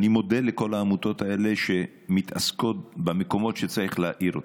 ואני מודה לכל העמותות האלה שמתעסקות במקומות שצריך להאיר אותם.